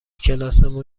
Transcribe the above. کلاسمون